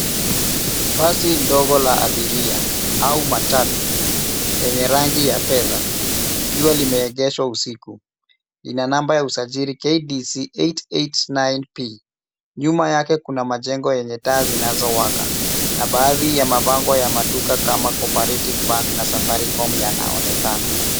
Basi ndogo la abiria au matatu yenye rangi ya fedha likiwa limeegeshwa usiku. Ina namba ya usajili KDC 889P. Nyuma yake kuna majengo yenye taa zinazowaka na baadhi ya mabango ya maduka kama Cooperative Bank na Safaricom yanaonekana.